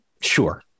Sure